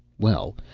well,